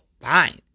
fine